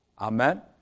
Amen